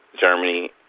Germany